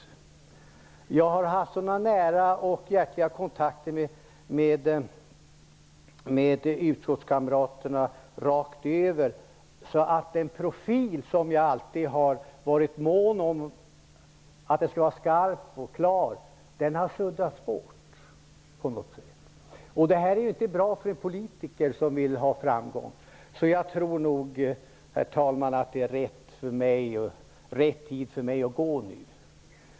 Jag har haft sådana nära och hjärtliga kontakter med utskottskamraterna rakt över att den profil vars klarhet och skärpa jag alltid har varit mån om har på något sätt suddats bort. Något sådant är ju inte bra för politiker som vill ha framgång. Därför tror jag nog, herr talman, att det nu är rätt tid för mig att gå.